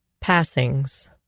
Passings